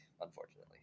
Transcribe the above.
unfortunately